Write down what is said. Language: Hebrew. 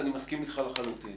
שהולך ומתחזק בפרט בתקופה האחרונה.